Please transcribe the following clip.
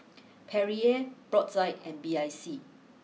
Perrier Brotzeit and B I C